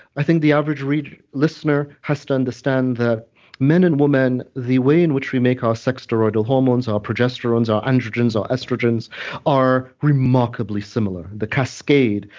i think the average listener has to understand that men and women, the way in which we make our sex steroidal hormones, our progesterones, our androgens, our estrogens are remarkably similar. the cascade.